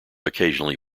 occasionally